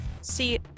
See